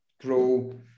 grow